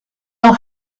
know